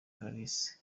clarisse